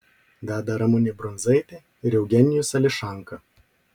veda ramunė brundzaitė ir eugenijus ališanka